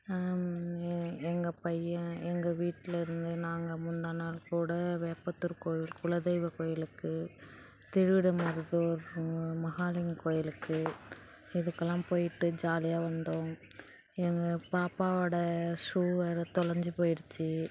எங்கள் பையன் எங்கள் வீட்டில் இருந்து நாங்கள் முந்தா நாள் கூட வேப்பத்தூர் கோயில் குலதெய்வ கோயிலுக்கு திருவிடைமருதூர் மகாலிங்கம் கோயிலுக்கு இதுக்கெலாம் போய்விட்டு ஜாலியாக வந்தோம் எங்கள் பாப்பாவோட ஷூ வேறு தொலைஞ்சு போயிடுச்சு